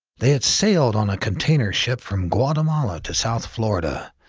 they had sailed on a container ship from guatemala to south florida,